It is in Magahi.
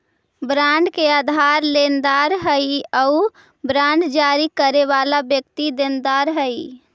बॉन्ड के धारक लेनदार हइ आउ बांड जारी करे वाला व्यक्ति देनदार हइ